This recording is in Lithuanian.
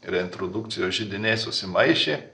reintrodukcijos židiniai susimaišė